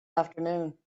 afternoon